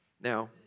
Now